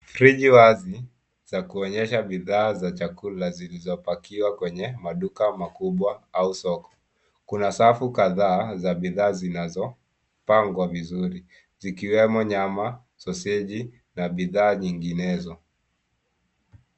Friji wazi za kuonyesha bidhaa za chakula zilizopakiwa kwenye maduka makubwa au soko. Kuna safu kadhaa za bidhaa zinazopangwa vizuri zikiwemo nyama, soseji na bidhaa nyinginezo.